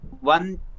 one